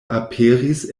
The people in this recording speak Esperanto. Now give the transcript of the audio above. aperis